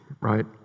right